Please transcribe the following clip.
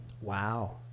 Wow